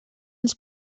els